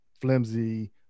flimsy